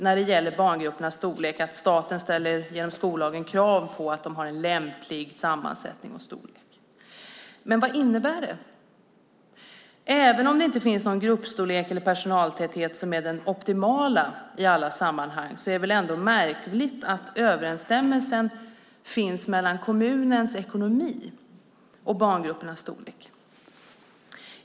När det gäller barngruppernas storlek har statsrådet rätt i att staten genom skollagen ställer krav på att barngrupperna i förskolan har en lämplig sammansättning och storlek. Men vad innebär det? Även om det inte finns någon gruppstorlek eller personaltäthet som är den optimala i alla sammanhang är det väl ändå märkligt att det finns en överensstämmelse mellan kommunernas ekonomi och barngruppernas storlek.